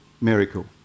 miracle